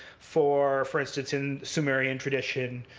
for for instance, in sumerian tradition,